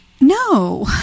No